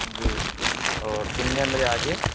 جی اور دنیا میرے آگے